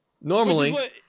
normally